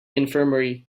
infirmary